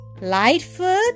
Lightfoot